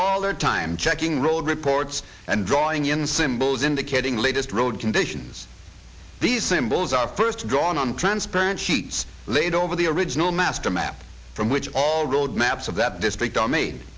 all their time checking road reports and drawing in symbols indicating the latest road conditions these symbols are first gone on transparent sheets laid over the original master map from which all road maps of that district